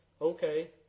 Okay